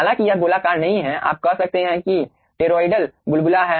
हालांकि यह गोलाकार नहीं है आप कह सकते हैं कि टोरोइडल बुलबुला है